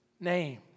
name